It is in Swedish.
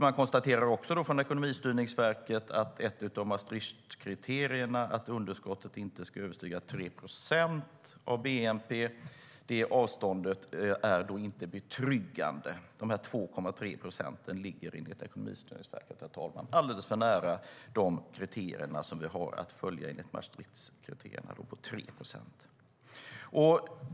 Man konstaterar också från Ekonomistyrningsverket att när det gäller ett av Maastrichtkriterierna, att underskottet inte ska överstiga 3 procent av bnp, är avståndet till den gränsen inte betryggande. De 2,3 procenten ligger enligt Ekonomistyrningsverket alldeles för nära de kriterier som vi har att följa enligt Maastrichtkriterierna på 3 procent.